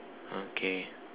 okay